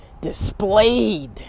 displayed